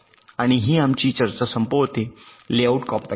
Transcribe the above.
आणि ही आमची चर्चा संपवते लेआउट कॉम्पॅक्शन